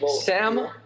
Sam